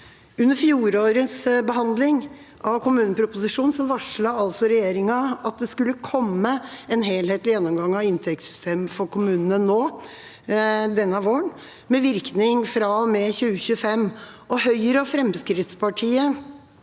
Under fjorårets behandling av kommuneproposisjonen for 2024 varslet regjeringa at det skulle komme en helhetlig gjennomgang av inntektssystemet for kommunene nå denne våren, med virkning fra og med 2025. Høyre og Fremskrittspartiet